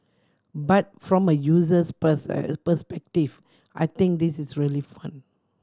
but from a user's perspective I think this is really fun